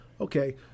Okay